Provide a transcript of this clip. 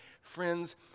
Friends